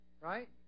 Right